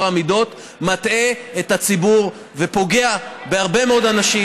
המידות מטעה את הציבור ופוגע בהרבה מאוד אנשים,